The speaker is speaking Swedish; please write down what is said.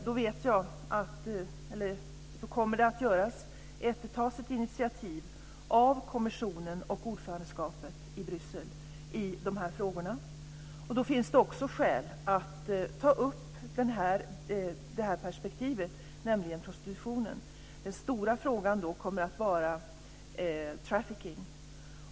Då kommer det att tas ett initiativ av kommissionen och ordförandelandet i Bryssel i de här frågorna. Då finns det också skäl att ta upp det här perspektivet, nämligen prostitutionen. Den stora frågan då kommer att vara trafficking.